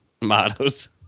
mottos